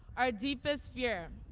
our deepest fear,